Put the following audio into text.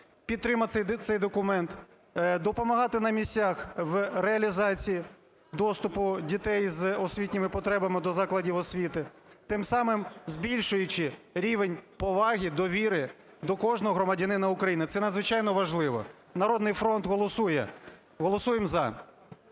підтримати цей документ, допомагати на місцях в реалізації доступу дітей з освітніми потребами до закладів освіти, тим самим збільшуючи рівень поваги, довіри до кожного громадянина України. Це надзвичайно важливо. "Народний фронт" голосує, голосуємо –